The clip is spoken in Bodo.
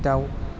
दाउ